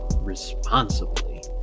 responsibly